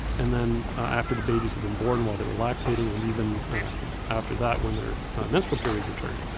and then after the babies had been born, while they were lactating and even after that when their menstrual periods returned.